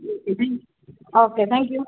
okay thank U